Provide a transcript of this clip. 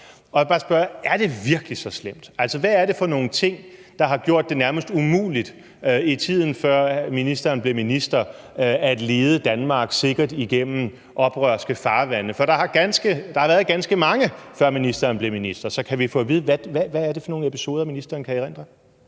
Jeg vil bare spørge: Er det virkelig så slemt? Hvad er det for nogle ting, der har gjort det nærmest umuligt, i tiden før ministeren blev minister, at lede Danmark sikkert igennem oprørske farvande? For der har været ganske mange, før ministeren blev minister, så kan vi få at vide, hvad det er for nogle episoder, ministeren kan erindre?